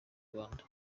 rwanda